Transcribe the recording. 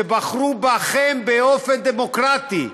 שבחרו בכם באופן דמוקרטי,